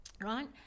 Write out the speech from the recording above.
Right